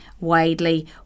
widely